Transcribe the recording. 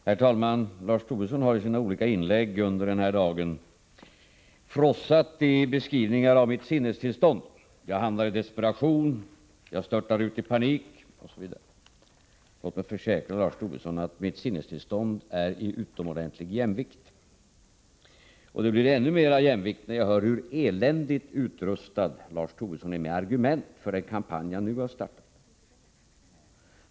Herr talman! Lars Tobisson har i sina olika inlägg under denna debatt frossat i beskrivningar av mitt sinnestillstånd — jag handlar i desperation, jag störtar ut i panik osv. Låt mig försäkra Lars Tobisson att mitt sinnestillstånd är i utomordentlig jämvikt. Det kommer ännu mera i jämvikt när jag hör hur eländigt utrustad Lars Tobisson är med argument för den kampanj han nu har startat.